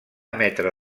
emetre